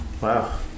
Wow